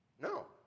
No